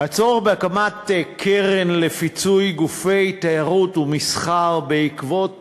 הצורך בהקמת קרן לפיצוי גופי תיירות ומסחר בעקבות